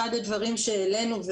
אחד הדברים שהעלינו,